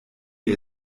die